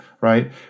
right